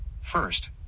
First